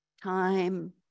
Time